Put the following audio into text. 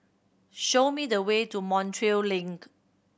show me the way to Montreal Link